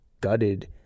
gutted